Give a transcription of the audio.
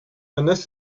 unless